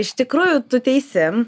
iš tikrųjų tu teisi